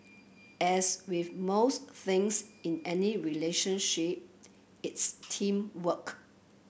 as with most things in any relationship it's teamwork